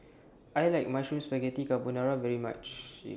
I like Mushroom Spaghetti Carbonara very much